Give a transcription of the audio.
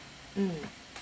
mm